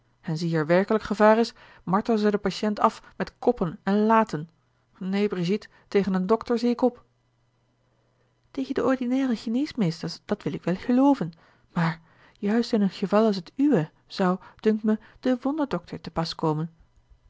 en zoo er werkelijk gevaar is martelen zij den patiënt af met koppen en laten neen brigitte tegen een dokter zie ik op tegen den ordinairen geneesmeester dat wil ik wel gelooven maar juist in een geval als het uwe zou dunkt me de wonderdokter te pas komen